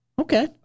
Okay